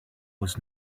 was